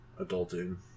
Adulting